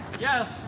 Yes